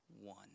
One